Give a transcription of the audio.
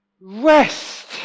rest